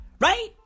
Right